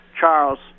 Charles